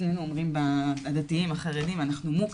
אצלינו אומרים בערה החרדית, אנחנו מוקצה.